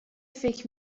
فکر